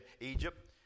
Egypt